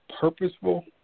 purposeful